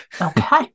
Okay